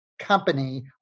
company